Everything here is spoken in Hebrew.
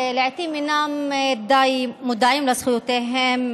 שלעיתים אינם מודעים די לזכויותיהם,